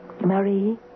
Marie